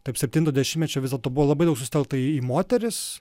tarp septinto dešimtmečio vis dėlto buvo labai daug susitelkta į moteris